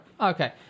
Okay